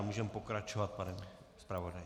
Můžeme pokračovat, pane zpravodaji.